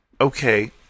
okay